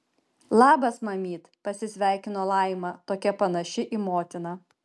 labas mamyt pasisveikino laima tokia panaši į motiną